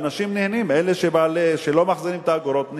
ואנשים נהנים, אלה שלא מחזירים את האגורות נהנים.